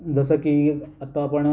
जसं की आत्ता आपण